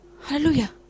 Hallelujah